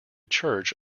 church